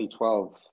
2012